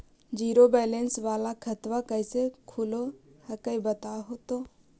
Zero balance वाला खतवा कैसे खुलो हकाई बताहो तो?